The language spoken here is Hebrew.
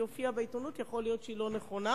שהופיעה בעיתונות ויכול להיות שהיא לא נכונה,